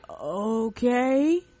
okay